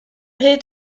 hyd